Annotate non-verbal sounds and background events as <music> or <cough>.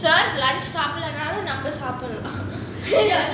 third lunch time சாப்பிடல நாலும் நாம சாப்பிடலாம்:sapdidala naalum naama saapidalaam lah <laughs>